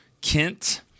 Kent